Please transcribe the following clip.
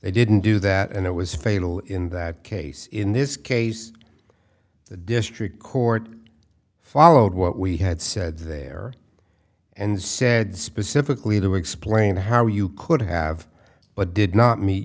they didn't do that and it was fatal in that case in this case the district court followed what we had said there and said specifically to explain how you could have but did